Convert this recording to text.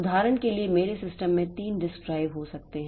उदाहरण के लिए मेरे सिस्टम में 3 डिस्क ड्राइव हो सकते हैं